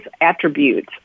attributes